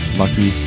lucky